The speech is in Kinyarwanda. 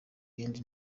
yindi